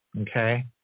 Okay